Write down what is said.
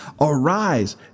arise